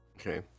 okay